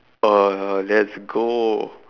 uh let's go